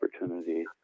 opportunity